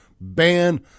Ban